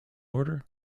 order